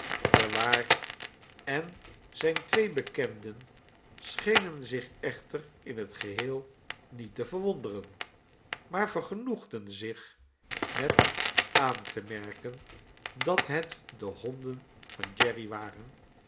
de waard en zijne twee bekenden schenen zich echter in het geheel niet te verwonderen maar vergenoegden zich met aan te merken dat het de honden van jerry waren